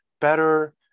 better